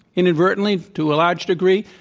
inadvertently, to a large degree,